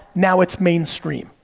now it's mainstream,